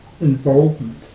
involvement